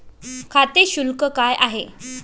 खाते शुल्क काय आहे?